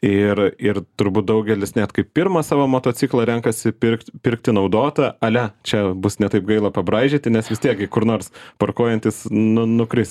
ir ir turbūt daugelis net kaip pirmą savo motociklą renkasi pirkt pirkti naudotą ale čia bus ne taip gaila pabraidžioti nes vis tiek gi kur nors parkuojantis nu nukris